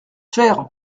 faire